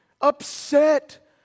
upset